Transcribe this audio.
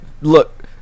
Look